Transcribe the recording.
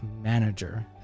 manager